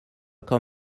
quand